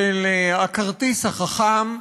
של הכרטיס החכם,